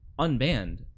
unbanned